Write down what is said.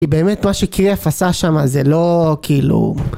כי באמת מה שקריאף עשה שם זה לא כאילו...